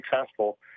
successful